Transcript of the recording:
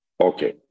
Okay